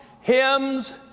hymns